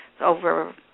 over